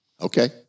Okay